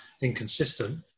inconsistent